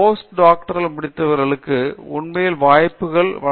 post doctoral முடித்தவர்களுக்கு உண்மையில் வாய்ப்புகள் வழங்க படுகிறது